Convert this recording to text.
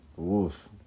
Oof